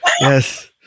Yes